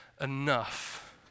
enough